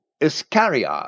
Iscariot